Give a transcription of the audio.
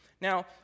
Now